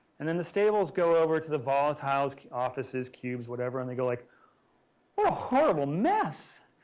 and then the stables go over to the volatiles offices, cubes, whatever and they go like what a horrible mess.